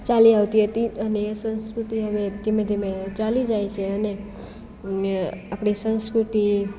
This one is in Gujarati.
ચાલી આવતી હતી અને એ સંસ્કૃતિ હવે ધીમે ધીમે ચાલી જાય છે અને આપણી સંસ્કૃતિ